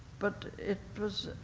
but it was,